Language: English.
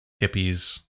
hippies